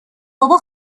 بابا